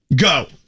Go